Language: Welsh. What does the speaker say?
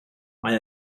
mae